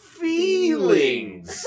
feelings